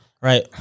right